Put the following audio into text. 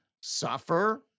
suffer